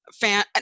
fan